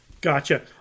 gotcha